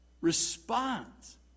responds